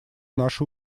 наши